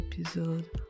episode